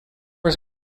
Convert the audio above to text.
his